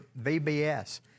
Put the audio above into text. VBS